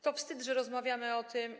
To wstyd, że rozmawiamy o tym.